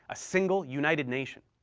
single, united nation.